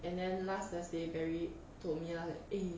and then last thursday barry told me lah eh